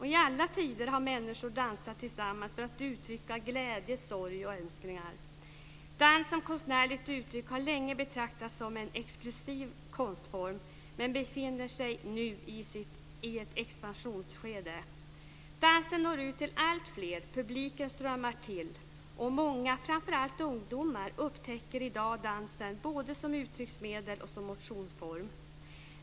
I alla tider har människor dansat tillsammans för att uttrycka glädje, sorg och önskningar. Dans som konstnärligt uttryck har länge betraktats som en exklusiv konstform, men nu befinner den sig i ett expansionsskede. Dansen når ut till alltfler. Publiken strömmar till. Många, framför allt ungdomar, upptäcker i dag dansen både som uttrycksmedel och som motionsform.